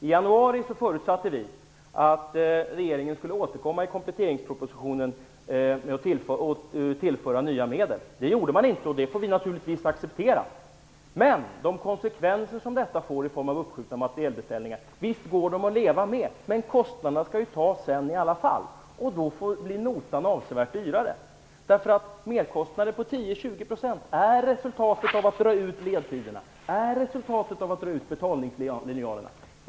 I januari förutsatte vi att regeringen skulle återkomma i kompletteringspropositionen och tillföra nya medel. Det gjorde man inte, och det får vi naturligtvis acceptera. Men de konsekvenser som detta får i form av uppskjutna materielbeställningar går visst att leva med, men kostnaderna skall tas i alla fall. Då blir notan avsevärt större. Merkostnader på 10-20 % blir resultatet av att dra ut på tiden, att dra ut betalningslinjalerna.